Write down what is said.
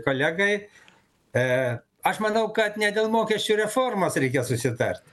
kolegai aš manau kad ne dėl mokesčių reformos reikės susitarti